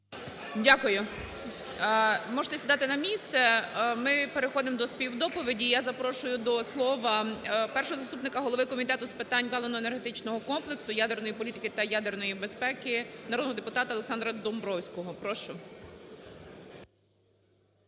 Дякую. Можете сідати на місце. Ми переходимо до співдоповіді. Я запрошую до слова першого заступника голови Комітету з питань паливно-енергетичного комплексу, ядерної політики та ядерної безпеки народного депутата Олександра Домбровського. Прошу.